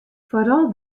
foaral